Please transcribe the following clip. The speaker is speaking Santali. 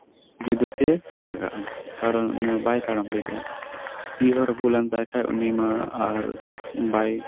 ᱡᱩᱫᱟᱹᱛᱮ ᱞᱟᱜᱟᱜᱼᱟ ᱠᱟᱨᱚᱱ ᱩᱱᱤ ᱵᱟᱭ ᱛᱟᱲᱟᱢ ᱫᱟᱲᱮᱭᱟᱜᱼᱟ ᱛᱤ ᱦᱚᱸ ᱨᱟᱹᱯᱩᱫ ᱞᱮᱱ ᱛᱟᱭ ᱠᱷᱟᱡ ᱵᱟᱭ